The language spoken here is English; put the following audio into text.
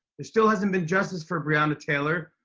there still hasn't been justice for breonna taylor,